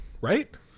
Right